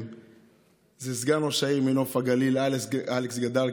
שמעתי, אי-אפשר,